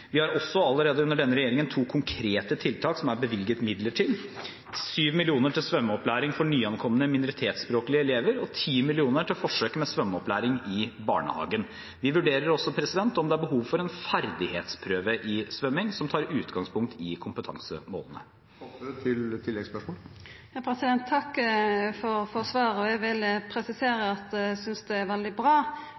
Vi har også allerede under denne regjeringen to konkrete tiltak som vi har bevilget midler til – 7 mill. kr til svømmeopplæring for nyankomne minoritetsspråklige elever og 10 mill. kr til forsøk med svømmeopplæring i barnehagen. Vi vurderer også om det er behov for en ferdighetsprøve i svømming som tar utgangspunkt i kompetansemålene. Takk for svaret. Eg vil presisera at eg synest det er veldig bra